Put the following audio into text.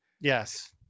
Yes